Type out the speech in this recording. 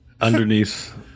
underneath